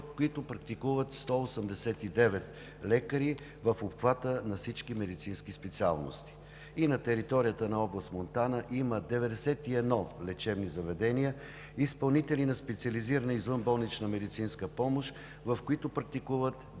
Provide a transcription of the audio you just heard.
в които практикуват 189 лекари в обхвата на всички медицински специалности. На територията на област Монтана има 91 лечебни заведения и изпълнители на специализирана извънболнична медицинска помощ, в които практикуват 202